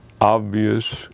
obvious